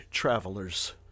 travelers